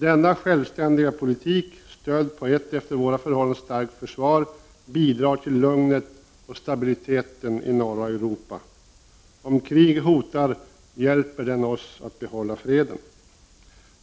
Denna självständiga politik, stödd på ett efter våra förhållanden starkt för svar, bidrar till lugnet och stabiliteten i norra Europa. Om krig hotar hjälper den oss att behålla freden.